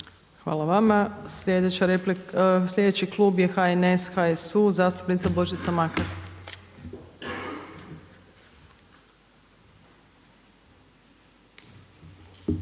Hvala. Sljedeći klub je HNS, HSU zastupnica Božica Makar.